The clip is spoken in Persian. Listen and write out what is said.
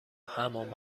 حمام